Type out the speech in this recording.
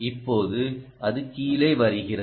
இப்போது அது கீழே வருகிறது